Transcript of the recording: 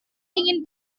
ingin